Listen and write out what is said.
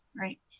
Right